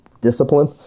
discipline